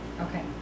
Okay